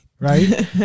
right